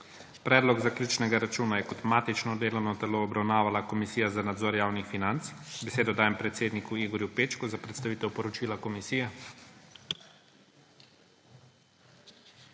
Predlog zaključnega računa je kot matično delovno telo obravnavala Komisija za nadzor javnih financ. Besedo dajem predsedniku Igorju Pečku za predstavitev poročila komisije.